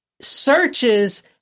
searches